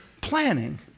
planning